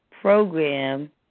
program